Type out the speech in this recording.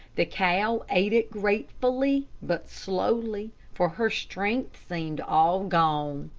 the cow ate it gratefully, but slowly for her strength seemed all gone.